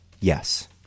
Yes